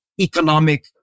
economic